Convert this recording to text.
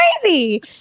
crazy